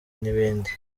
n’ibindi